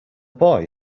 boy